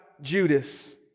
Judas